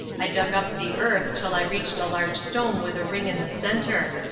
i dug up the earth till i reached a large stone with a ring in the centre.